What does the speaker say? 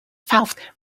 fought